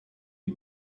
die